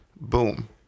Boom